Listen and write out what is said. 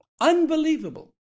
Unbelievable